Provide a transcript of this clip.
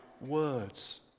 words